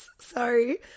sorry